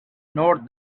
note